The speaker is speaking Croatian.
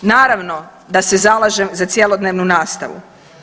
Naravno da se zalažem za cjelodnevnu nastavu.